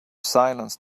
silence